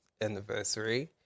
anniversary